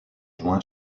juin